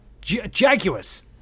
jaguars